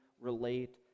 relate